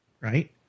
Right